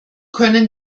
können